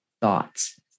thoughts